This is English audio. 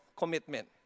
commitment